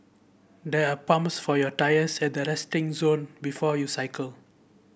there are pumps for your tyres at the resting zone before you cycle